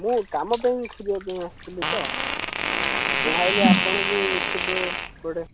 ମୁଁ କାମ ପାଇଁ ଖୋଜିବାପାଇଁ ଆସିଥିଲି ତ ମୁଁ ଭାବିଲି ଆପଣ ବି ଥିବେ କୁଆଡ଼େ